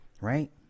right